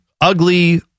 ugly